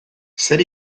zer